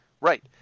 Right